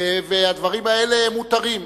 והדברים האלה מותרים,